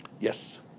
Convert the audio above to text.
Yes